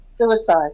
Suicide